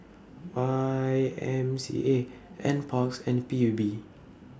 Y M C A NParks and P U B